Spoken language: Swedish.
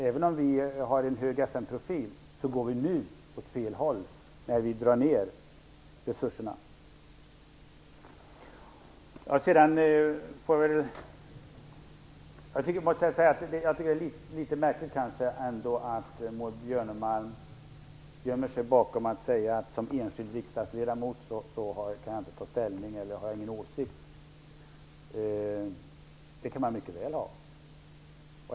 Även om vi har en hög FN-profil går vi nu åt fel håll när vi drar ned resurserna. Jag tycker att det är litet märkligt att Maud Björnemalm gömmer sig bakom att hon som enskild riksdagsledamot inte kan ta ställning eller inte har någon åsikt. Det kan man mycket väl ha.